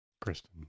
Kristen